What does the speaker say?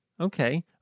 Okay